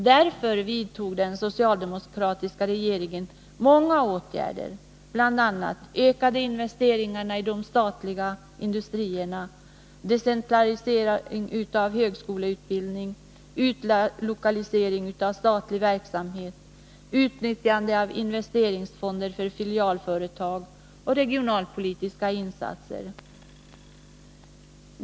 Därför vidtog den socialdemokratiska regeringen många åtgärder, bl.a. ökade investeringar i de statliga industrierna, decentralisering av högskoleutbildning, utlokalisering av statlig verksamhet, utnyttjande av investeringsfonder för filialföretag och regionalpolitiska insatser.